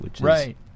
Right